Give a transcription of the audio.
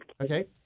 Okay